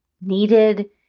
needed